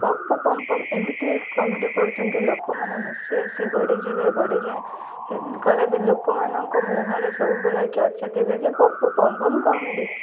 Pappu Pampam comedy କମେଡ଼ି କରୁଛନ୍ତି ଲୋକମାନେ ହସି ହସି ଗଡ଼ିିଯିବେ ଗଡ଼ିିଯାଏ ଗଲେ ବି ଲୋକମାନଙ୍କ ମୁହଁରେ ସବୁବେଳେ ଚର୍ଚ୍ଚା ଥିବେ ଯେ ପପୁ ପମ୍ପମ୍ କମେଡ଼ି